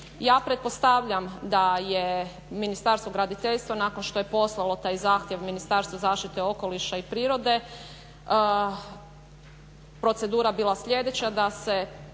Ja pretpostavljam da je Ministarstvo graditeljstva nakon što je poslalo taj zahtjev Ministarstvu zaštite okoliša i prirode procedura bila sljedeća, da se